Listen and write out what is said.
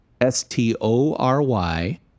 S-T-O-R-Y